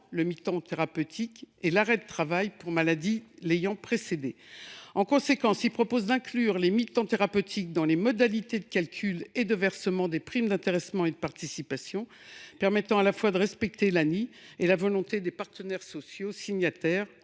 ce mi temps thérapeutique et l’arrêt de travail pour maladie l’ayant précédé. En conséquence, l’amendement prévoit d’inclure les mi temps thérapeutiques dans les modalités de calcul et de versement des primes d’intéressement et de participation, ce qui permettrait de respecter l’ANI et la volonté des partenaires sociaux signataires